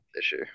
issue